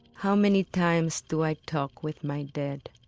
how many times do i talk with my dead?